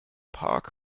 park